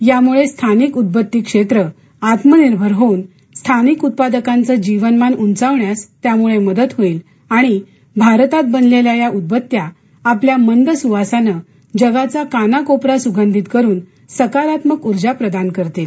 यामळे स्थानिक उदबत्ती क्षेत्र आत्मनिर्भर होऊन स्थानिक उत्पादकांचं जीवनमान उंचावण्यास त्यामुळे मदत होईल आणि भारतात बनलेल्या या उदबत्त्या आपल्या मंद सुवासाने जगाचा काना कोपरा सुगंधित करून सकारात्मक उर्जा प्रदान करतील